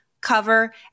cover